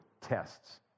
tests